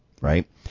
right